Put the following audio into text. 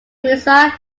musa